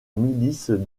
milice